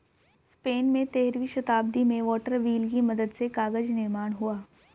Spain में तेरहवीं शताब्दी में वाटर व्हील की मदद से कागज निर्माण हुआ